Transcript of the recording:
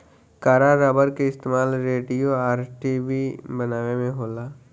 कड़ा रबड़ के इस्तमाल रेडिओ आ टी.वी बनावे में होला